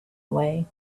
away